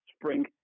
Spring